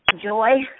Joy